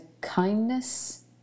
kindness